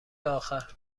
آخر